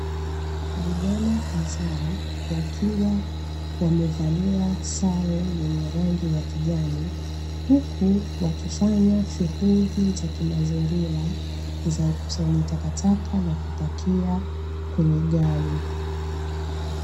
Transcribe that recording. Vijana kadhaa wakiwa wamevalia sare yenye rangi ya kijani, huku wakifanya shughuli za kimazingira za ukusanyaji takataka na kupakia kwenye gari.